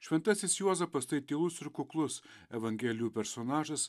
šventasis juozapas tai tylus ir kuklus evangelijų personažas